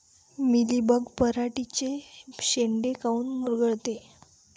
Mealybug पराटीचे चे शेंडे काऊन मुरगळते?